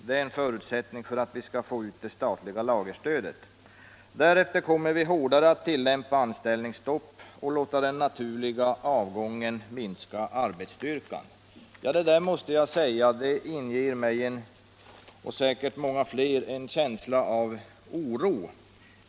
Det är en förutsättning för att vi skall få ut det statliga lagerstödet. Därefter kommer vi hårdare att tillämpa anställningsstopp och låta den naturliga avgången minska arbetsstyrkan.” Detta inger mig — och säkerligen många fler — en känsla av oro.